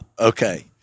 Okay